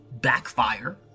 backfire